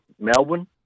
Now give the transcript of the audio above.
Melbourne